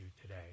today